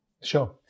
Sure